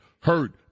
hurt